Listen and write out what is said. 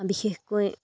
বিশেষকৈ